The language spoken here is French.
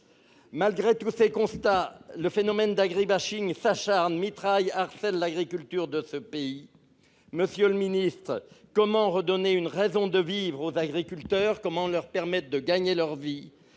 Malgré tous ces constats, le phénomène d'agri-bashing s'acharne, mitraille, harcèle l'agriculture de ce pays. Monsieur le ministre, comment redonner une raison de vivre aux agriculteurs ? Comment leur permettre de gagner leur vie ?